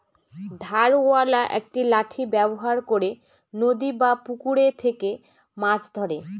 ধারওয়ালা একটি লাঠি ব্যবহার করে নদী বা পুকুরে থেকে মাছ ধরে